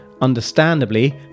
understandably